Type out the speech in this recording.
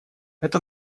это